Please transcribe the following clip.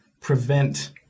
prevent